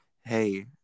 hey